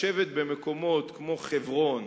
לשבת במקומות כמו חברון,